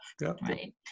Right